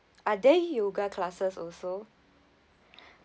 are there yoga classes also